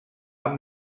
amb